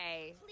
Please